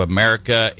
America